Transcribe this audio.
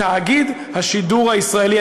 "תאגיד השידור הישראלי".